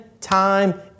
time